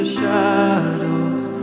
shadows